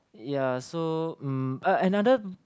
ya so um ah another